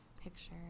picture